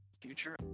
future